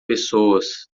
pessoas